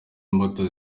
imbuto